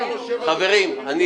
חברים,